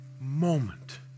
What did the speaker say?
moment